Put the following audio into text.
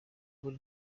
muri